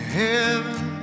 heaven